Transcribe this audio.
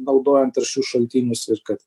naudojant taršius šaltinius ir kad